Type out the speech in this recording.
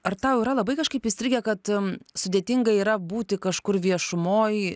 ar tau yra labai kažkaip įstrigę kad sudėtinga yra būti kažkur viešumoj